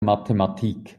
mathematik